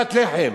לפת לחם.